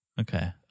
Okay